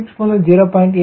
6 முதல் 0